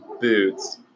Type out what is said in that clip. boots